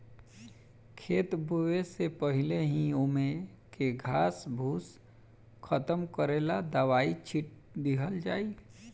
खेत बोवे से पहिले ही ओमे के घास फूस खतम करेला दवाई छिट दिहल जाइ